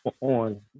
On